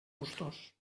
gustos